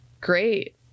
great